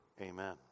Amen